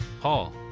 Paul